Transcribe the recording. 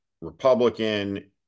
Republican